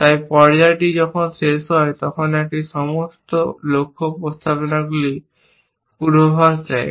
তাই পর্যায়টি যখন শেষ হয় যদি একটি সমস্ত লক্ষ্য প্রস্তাবনাগুলির পূর্বাভাস দেয়